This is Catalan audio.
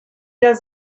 dels